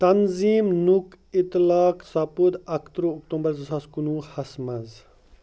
تنظیٖم نُک اِطلاق سَپُد اکتٕرہ اکتومبر زٕساس کُنوُہس منٛز